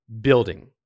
building